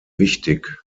wichtig